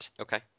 Okay